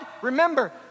Remember